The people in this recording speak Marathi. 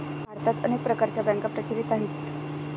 भारतात अनेक प्रकारच्या बँका प्रचलित आहेत